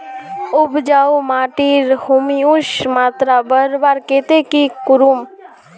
उपजाऊ माटिर ह्यूमस मात्रा बढ़वार केते की करूम?